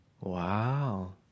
Wow